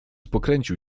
pokręcił